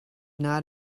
not